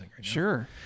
Sure